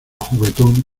juguetón